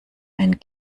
ein